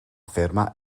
ferma